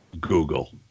Google